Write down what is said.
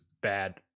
bad